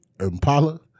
Impala